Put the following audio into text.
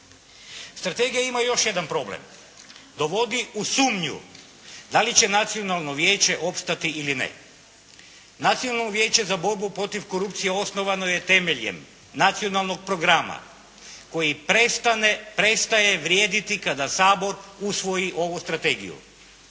Strategija ima još jedan problem, dovodi u sumnju da li će Nacionalno vijeće opstati ili ne. Nacionalno vijeće za borbu protiv korupcije osnovano je temeljem Nacionalnog programa koji prestaje vrijediti kada Sabor usvoji ovu strategiju.